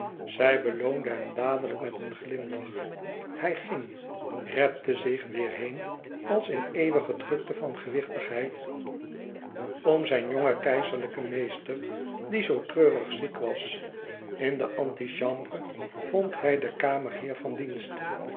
zij beloonde hem dadelijk met een glimlach hij ging repte zich weêr heen als in eeuwige drukte van gewichtigheid om zijn jongen keizerlijken meester die zoo treurig ziek was in de antichambre vond hij den kamerheer van dienst